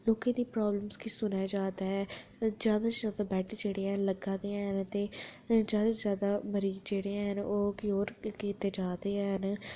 लोकें दी प्राब्लम गी सुनेआ जा दा ऐ जैदा शा बद्ध बैड जेह्ड़े लग्गे दे ऐ न ते जैदा शा जैदा मरीज जेह्ड़े क्योर कीते जा दे ऐ न